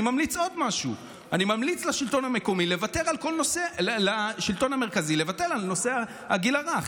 אני ממליץ עוד משהו: אני ממליץ לשלטון המרכזי לוותר על נושא הגיל הרך.